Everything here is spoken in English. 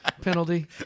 penalty